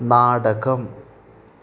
നാടകം